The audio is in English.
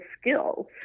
skills